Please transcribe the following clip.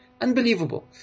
Unbelievable